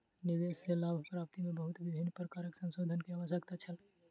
निवेश सॅ लाभ प्राप्ति में बहुत विभिन्न प्रकारक संशोधन के आवश्यकता छल